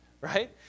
right